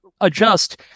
adjust